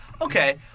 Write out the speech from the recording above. okay